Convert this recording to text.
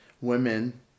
women